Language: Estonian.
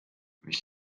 mis